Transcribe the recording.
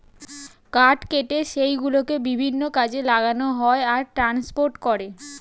কাঠ কেটে সেই গুলোকে বিভিন্ন কাজে লাগানো হয় আর ট্রান্সপোর্ট করে